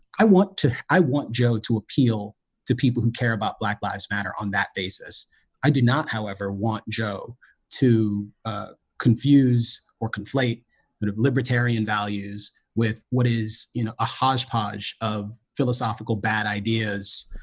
i want to i want joe to appeal to people who care about black lives matter on that basis i do not however want joe to ah confuse or conflate sort of libertarian values with what is you know a hodgepodge of philosophical bad ideas?